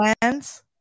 plans